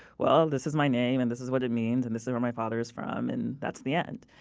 well, this is my name, and this is what it means, and this is where my father is from, and that's the end.